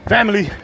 Family